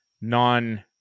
non